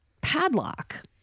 padlock